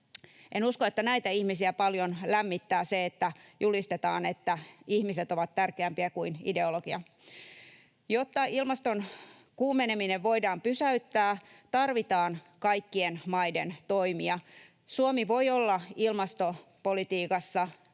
En usko, että näitä ihmisiä paljon lämmittää se, että julistetaan, että ihmiset ovat tärkeämpiä kuin ideologia. Jotta ilmaston kuumeneminen voidaan pysäyttää, tarvitaan kaikkien maiden toimia. Suomi voi olla ilmastopolitiikassa